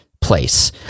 place